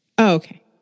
Okay